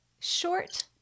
short